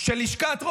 בכיף.